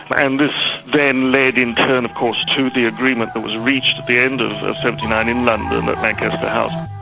and this then led in turn of course, to the agreement that was reached at the end of zero seven nine in london um at lancaster house.